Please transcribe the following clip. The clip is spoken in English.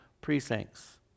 precincts